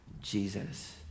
Jesus